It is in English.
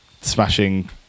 smashing